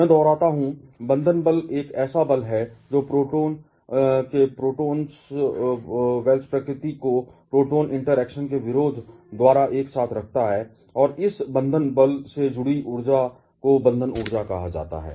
मैं दोहराता हूं बंधन बल एक ऐसा बल है जो प्रोटॉन के प्रोटोल्वस प्रकृति को प्रोटॉन इंटरैक्शन के विरोध द्वारा एक साथ रखता है और इस बंधन बल से जुड़ी ऊर्जा को बंधन ऊर्जा कहा जाता है